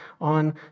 on